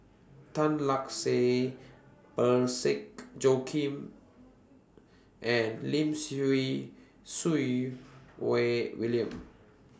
Tan Lark Sye Parsick Joaquim and Lim Siew Wai William